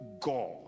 god